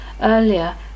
earlier